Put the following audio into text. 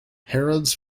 harrods